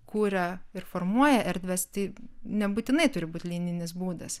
kuria ir formuoja erdves tai nebūtinai turi būt linijinis būdas